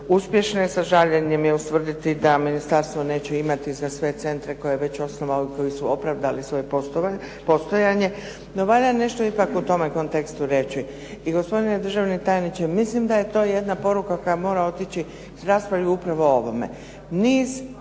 uspješne. Sa žaljenjem je utvrditi da ministarstvo neće imati za sve centre koje je već osnovalo i koji su opravdali svoje postojanje. No valja nešto ipak o tome kontekstu reći. I gospodine državni tajniče, mislim da je to jedna poruka koja mora otići s raspravi o upravo ovome.